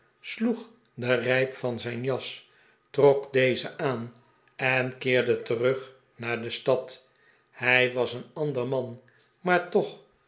sloeg den rijp van zijn jas trok deze aan en keerde terug naar de stad hij was een ander man maar toch